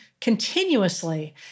continuously